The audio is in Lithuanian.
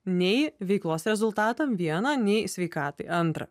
nei veiklos rezultatam viena nei sveikatai antra